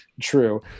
True